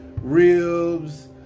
ribs